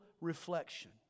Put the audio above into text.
reflection